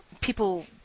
People